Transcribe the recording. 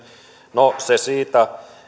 no se siitä